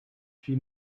she